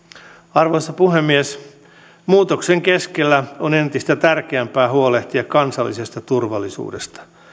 arvoisa puhemies muutoksen keskellä on entistä tärkeämpää huolehtia kansallisesta turvallisuudesta